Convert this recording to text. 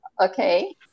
Okay